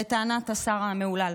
לטענת השר המהולל.